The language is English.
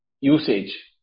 usage